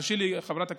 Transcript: הרשי לי, חברת הכנסת,